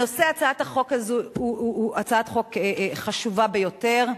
הנושא, הצעת החוק הזו היא הצעת חוק חשובה ביותר.